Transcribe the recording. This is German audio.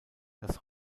das